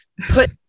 put